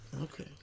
Okay